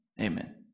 amen